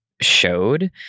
showed